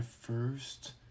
first